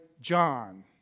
John